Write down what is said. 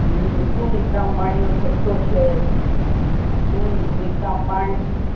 હં શું નીતા અંબાણીનો ઠસ્સો છે શું નીતા અંબાણી